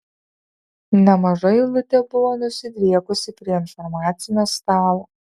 nemaža eilutė buvo nusidriekusi prie informacinio stalo